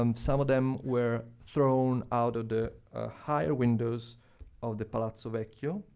um some of them were thrown out of the ah high windows of the palazzo vecchio,